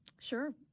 sure